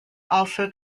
also